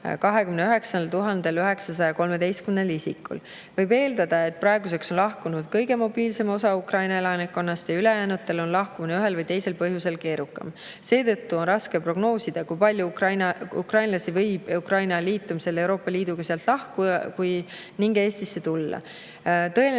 29 913 isikul. Võib eeldada, et praeguseks on lahkunud kõige mobiilsem osa Ukraina elanikkonnast ja ülejäänutel on ühel või teisel põhjusel keerukam lahkuda. Seetõttu on raske prognoosida, kui palju ukrainlasi võib Ukraina liitumisel Euroopa Liiduga sealt lahkuda ning Eestisse tulla. Tõenäoliselt